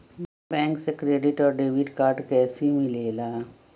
Bank से credit और debit card कैसी मिलेला?